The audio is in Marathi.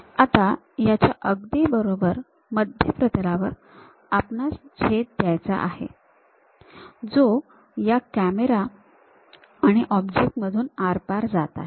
आता याच्याअगदी बरोबर मध्य प्रतलावर आपणास छेद द्यायचा आहे जो या कॅमेरा ऑब्जेक्ट मधून आरपार जात आहे